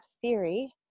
theory